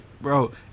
Bro